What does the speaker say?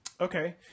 Okay